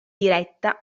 diretta